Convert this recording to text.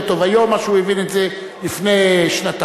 טוב ממה שהוא הבין את זה לפני שנתיים,